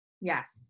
Yes